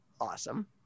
awesome